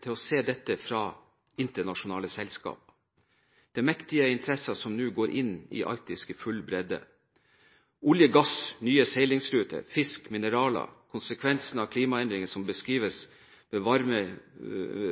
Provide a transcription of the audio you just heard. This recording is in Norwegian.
til å se dette fra internasjonale selskap. Det er mektige interesser som nå går inn i Arktis i full bredde. Olje og gass, nye seilingsruter, fisk, mineraler og konsekvensene av klimaendringene som beskrives, med